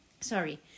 Sorry